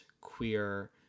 queer